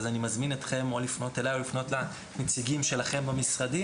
אז אני מזמין אתכם או לפנות אליי או לפנות לנציגים שלכם במשרדים.